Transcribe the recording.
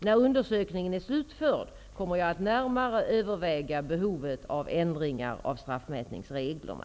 När undersökningen är slutförd kommer jag att närmare överväga behovet av ändringar av straffmätningsreglerna.